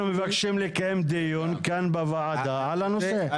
מבקשים לקיים דיון כאן בוועדה על הנושא.